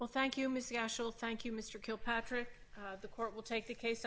well thank you miss the national thank you mr kilpatrick the court will take the case